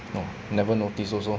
no never notice also